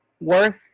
worth